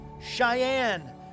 Cheyenne